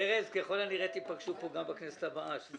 ארז, ככל הנראה תיפגשו פה גם בכנסת הבאה.